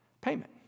payment